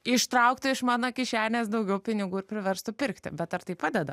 ištrauktų iš mano kišenės daugiau pinigų ir priverstų pirkti bet ar tai padeda